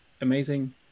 amazing